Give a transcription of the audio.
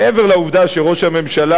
מעבר לעובדה שראש הממשלה,